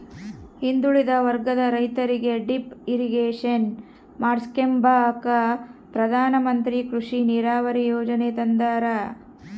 ಹಿಂದುಳಿದ ವರ್ಗದ ರೈತರಿಗೆ ಡಿಪ್ ಇರಿಗೇಷನ್ ಮಾಡಿಸ್ಕೆಂಬಕ ಪ್ರಧಾನಮಂತ್ರಿ ಕೃಷಿ ನೀರಾವರಿ ಯೀಜನೆ ತಂದಾರ